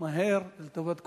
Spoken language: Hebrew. מהר ולטובת כולנו.